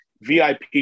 VIP